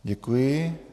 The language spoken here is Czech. Děkuji.